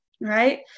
right